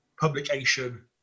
publication